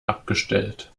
abgestellt